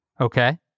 Okay